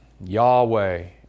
Yahweh